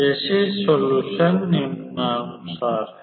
जैसे सॉल्यूशन निम्नानुसार है